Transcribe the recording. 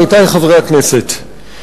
עמיתי חברי הכנסת,